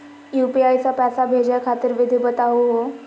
UPI स पैसा भेजै खातिर विधि बताहु हो?